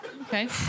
Okay